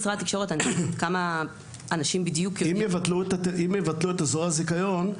אם יבטלו את אזורי הזיכיון,